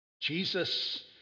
Jesus